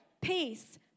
peace